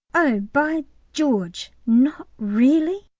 oh, by george, not really!